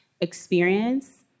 experience